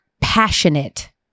passionate